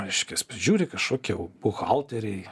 reiškias prižiūri kažkokie buhalteriai